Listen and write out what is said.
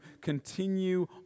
continue